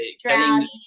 drowning